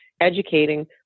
educating